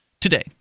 Today